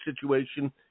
situation